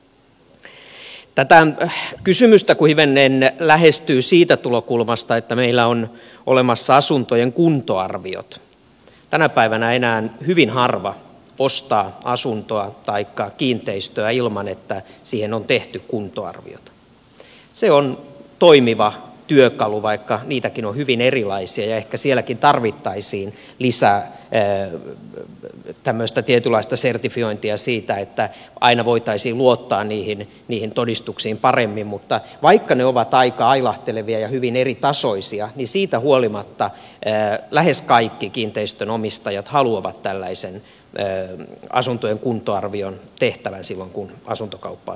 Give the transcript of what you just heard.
tätä kysymystä kun hivenen lähestyy siitä tulokulmasta että meillä on olemassa asuntojen kuntoarviot tänä päivänä enää hyvin harva ostaa asuntoa taikka kiinteistöä ilman että siihen on tehty kuntoarviota se on toimiva työkalu vaikka niitäkin on hyvin erilaisia ja ehkä sielläkin tarvittaisiin lisää tämmöistä tietynlaista sertifiointia siitä että aina voitaisiin luottaa niihin todistuksiin paremmin mutta vaikka ne ovat aika ailahtelevia ja hyvin eritasoisia siitä huolimatta lähes kaikki kiinteistönomistajat haluavat tällaisen asuntojen kuntoarvion tehtävän silloin kun asuntokauppaa tehdään